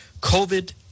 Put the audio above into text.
COVID